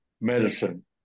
medicine